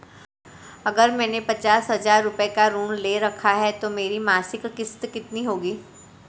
अगर मैंने पचास हज़ार रूपये का ऋण ले रखा है तो मेरी मासिक किश्त कितनी होगी?